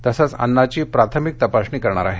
तसंच अन्नाची प्राथमिक तपासणी करणार आहे